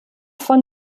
von